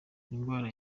indwara